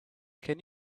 can